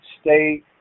state